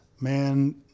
man